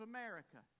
America